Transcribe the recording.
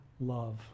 love